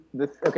okay